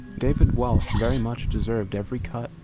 david welsh very much deserved every cut,